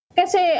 kasi